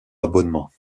abonnement